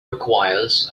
requires